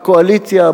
בקואליציה,